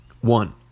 One